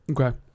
Okay